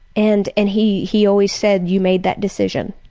and and he he always said, you made that decision,